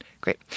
Great